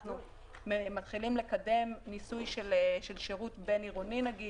אנחנו מתחילים לקדם ניסוי של שירות בין-עירוני נגיש,